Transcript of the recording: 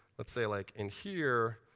let's say like in here.